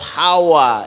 power